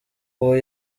ubu